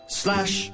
slash